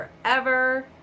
forever